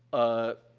ah,